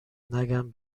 نگم